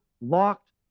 locked